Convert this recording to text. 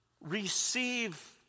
Receive